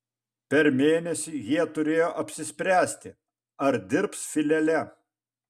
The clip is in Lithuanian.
per mėnesį jie turėjo apsispręsti ar dirbs filiale